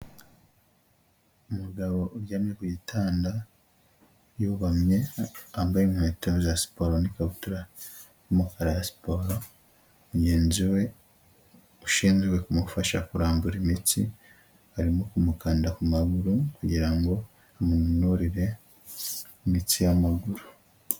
Umugabo uryamye ku gitanda yubamye, wambaye inkweto za siporo n'ikabutura y'umukara ya sipora, mugenzi we ushinzwe kumufasha kurambura imitsi, arimo kumukanda ku maguru kugira ngo amunanurire imitsi y'amaguru.